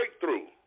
breakthrough